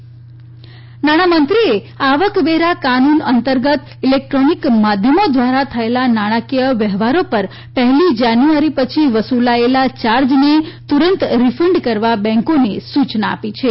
નાણાં મંત્રાલય નાણામંત્રીએ આવકવેરા કાનૂન અંતર્ગત ઇલેકટ્રોનીક માધ્યમો ધ્વારા થયેલા નાણાંકીય વ્યવહારો પર પહેલી જાન્યુઆરી પછી વસુલાયેલા યાર્જને તુરત રીફંડ કરવા બેંકોને જણાવ્યું છે